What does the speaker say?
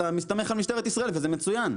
את המסתמך על משטרת ישראל וזה מצוין,